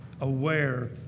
aware